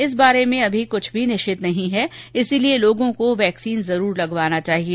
इस बारे में अभी निश्चित कुछ भी नहीं है इसलिए लोगों को वैक्सीन जरूर लगवाना चाहिए